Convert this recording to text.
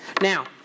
Now